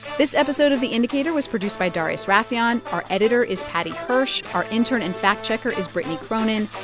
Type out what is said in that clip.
this episode of the indicator was produced by darius rafieyan. our editor is paddy hirsch. our intern and fact-checker is brittany cronin.